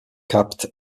capped